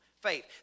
faith